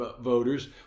voters